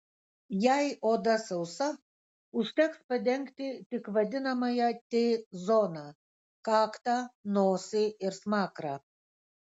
jei oda sausa užteks padengti tik vadinamąją t zoną kaktą nosį ir smakrą